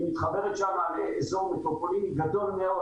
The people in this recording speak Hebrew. היא מתחברת שם לאזור מטרופולין גדול מאוד